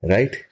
Right